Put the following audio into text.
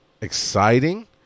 exciting